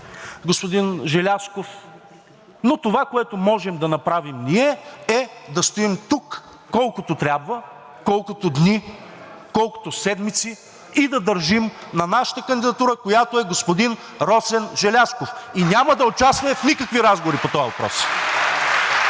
господин Желязков, но това, което можем да направим ние, е да стоим тук, колкото трябва, колкото дни, колкото седмици, и да държим на нашата кандидатура, която е господин Росен Желязков и няма да участваме в никакви разговори по този въпрос.